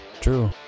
True